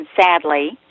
sadly